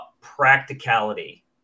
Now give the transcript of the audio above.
practicality